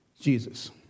Jesus